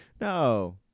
No